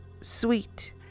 sweet